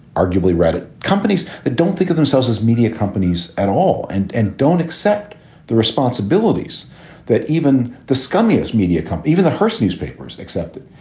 arguably reddit companies that don't think of themselves as media companies at all and and don't accept the responsibilities that even the scummiest media come. even the hearst newspapers excepted.